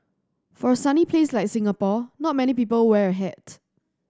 for a sunny place like Singapore not many people wear a hat